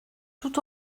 tout